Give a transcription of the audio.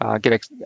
get